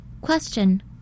Question